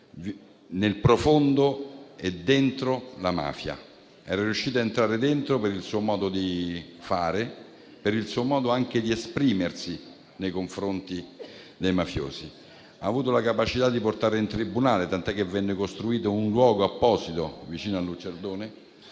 nel profondo e all'interno la mafia. Era riuscito ad entrarvi dentro per il suo modo di fare e anche per il suo modo di esprimersi nei confronti dei mafiosi. Ha avuto la capacità di portare in tribunale - tant'è che venne costruito un luogo apposito vicino all'Ucciardone